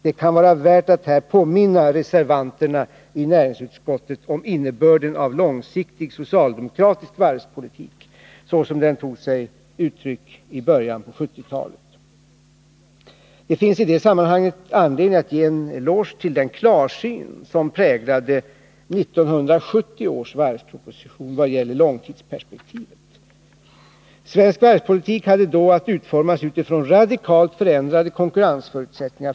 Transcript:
Det kan vara värt att här påminna reservanterna i näringsutskottet om innebörden av långsiktig socialdemokratisk varvspolitik, såsom den tog sig uttryck i början på 1970-talet. Det finns i det sammanhanget anledning att ge en eloge till den klarsyn som präglade 1970 års varvsproposition i vad gäller långtidsperspektivet. Svensk varvspolitik hade då att utformas utifrån radikalt förändrade konkurrensförutsättningar.